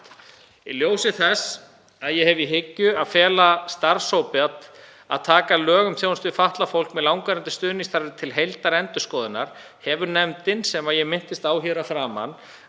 Í ljósi þess að ég hef í hyggju að fela starfshópi að taka lög um þjónustu við fatlað fólk með langvarandi stuðningsþarfir til heildarendurskoðunar hefur nefndin, sem ég minntist á hér að framan,